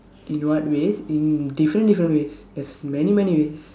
in what ways in different different ways there's many many ways